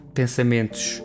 pensamentos